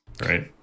right